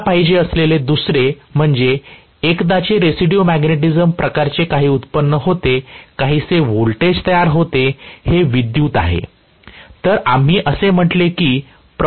मला पाहिजे असलेले दुसरे म्हणजे एकदाचे रेसिड्यू मॅग्नेटिझम प्रकारचे काही उत्पन्न होते काहीसे व्होल्टेज तयार होते ते विद्युत् आहेतर आम्ही असे म्हटले आहे की प्रवाह या दिशेने वाहतो